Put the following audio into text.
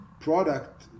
product